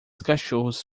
cachorros